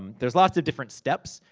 and there's lots of different steps.